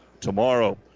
tomorrow